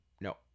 no